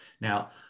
now